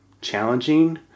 challenging